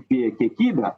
apie kiekybę